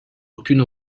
aucune